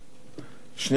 שנייה, נחזור לזה,